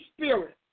Spirit